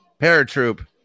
Paratroop